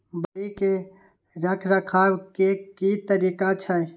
बकरी के रखरखाव के कि तरीका छै?